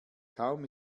kaum